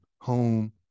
home